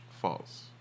False